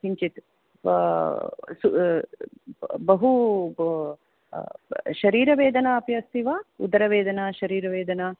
किञ्चित् बहु शरीरवेदना अपि अस्ति वा उदरवेदना शरीरवेदना